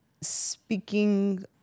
speaking